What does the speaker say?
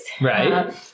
Right